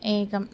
एकम्